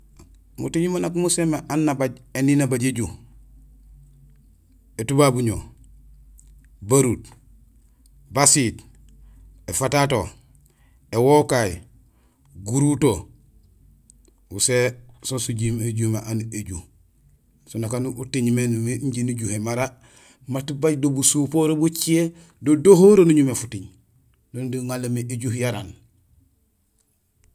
Muting man nak musinmé aan nabaaj éniin, nabaaj éju: étubabuño, beruut, basiit, éfatato, éwokay, guruto uséé so sijimé aan éju; so nak aan uting mé numi injé nijuhé mara maat baaj do busupoor bucé; do dohoro nuñumé futing. Do ŋanlo mé éju yara aan.